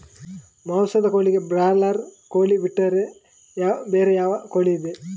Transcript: ಮಾಂಸದ ಕೋಳಿಗೆ ಬ್ರಾಲರ್ ಕೋಳಿ ಬಿಟ್ರೆ ಬೇರೆ ಯಾವ ಕೋಳಿಯಿದೆ?